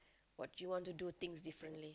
what you want to do things differently